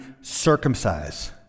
circumcised